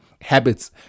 habits